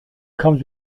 comes